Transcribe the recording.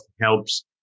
helps